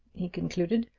he concluded,